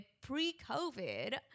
pre-COVID